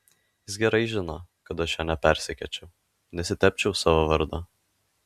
jis gerai žino kad aš jo nepersekiočiau nesitepčiau savo vardo